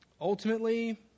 Ultimately